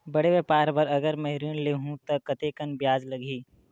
बड़े व्यापार बर अगर मैं ऋण ले हू त कतेकन ब्याज लगही?